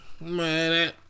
man